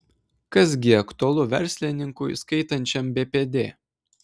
kas gi aktualu verslininkui skaitančiam bpd